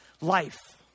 life